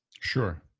Sure